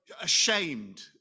ashamed